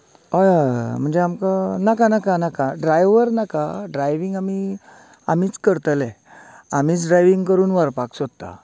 हय हय हय म्हणजे आमकां नाका नाका नाका ड्रायव्हर नाका ड्रायव्हींग आमी आमीच करतले आमीच ड्रायव्हींग करून व्हरपाक सोदता